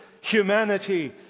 humanity